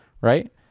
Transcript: right